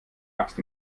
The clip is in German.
axt